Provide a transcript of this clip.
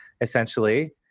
essentially